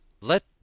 Let